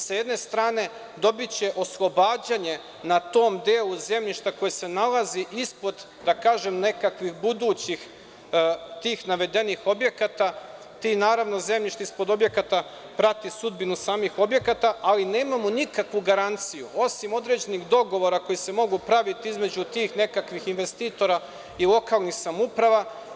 Sa jedne strane, dobiće oslobađanje na tom delu zemljišta koje se nalazi ispod budućih navedenih objekata, naravno, to zemljište ispod objekata prati sudbinu samih objekata, ali nemamo nikakvu garanciju osim određenih dogovora koji se mogu praviti između tih nekakvih investitora i lokalnih samouprava.